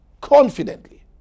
confidently